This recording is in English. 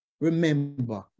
remember